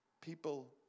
People